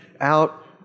out